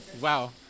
wow